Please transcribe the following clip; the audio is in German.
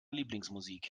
lieblingsmusik